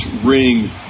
ring